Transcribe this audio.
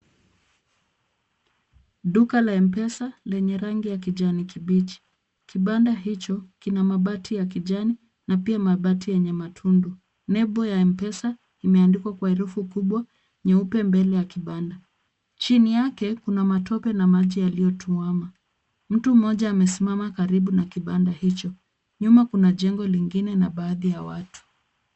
Duka la M-Pesa lenye rangi ya kijani kibichi. Kibanda hicho kina mabati ya kijani na pia mabati yenye matundu. Nembo ya M-Pesa imeandikwa kwa herufi kubwa nyeupe mbele ye kibanda. Chini yake kuna matope na maji yaliotuwama. Mtu mmoja amesimama karibu na kibanda hicho. Nyuma kuna jengo lingine na baadhi ya watu.